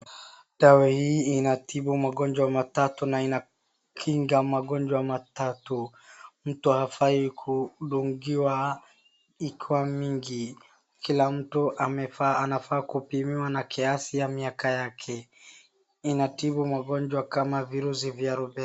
Dawa hii inatibu magonjwa matatu na inakinga magonjwa matatu. Mtu hafai kudungiwa ikiwa mingi. Kila mtu anafaa kupiwa na kiasi ya miaka. Inatibu magonjwa kama virusi vya rumbela.